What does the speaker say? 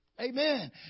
Amen